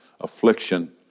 affliction